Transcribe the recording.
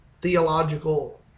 theological